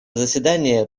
заседания